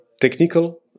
technical